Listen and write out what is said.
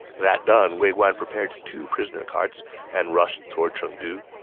that done, wei guan prepared two prisoner carts and rushed toward chengdu.